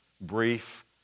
brief